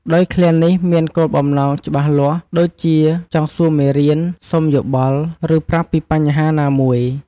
ដោយឃ្លានេះមានគោលបំណងច្បាស់លាស់ ដូចជាចង់សួរមេរៀន សុំយោបល់ ឬប្រាប់ពីបញ្ហាណាមួយ។